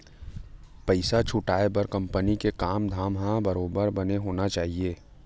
पइसा जुटाय बर कंपनी के काम धाम ह बरोबर बने होना चाही